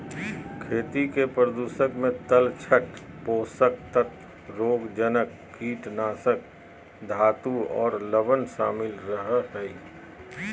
खेती के प्रदूषक मे तलछट, पोषक तत्व, रोगजनक, कीटनाशक, धातु आर लवण शामिल रह हई